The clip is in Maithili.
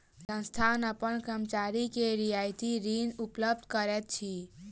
संस्थान अपन कर्मचारी के रियायती ऋण उपलब्ध करबैत अछि